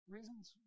Reasons